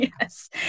Yes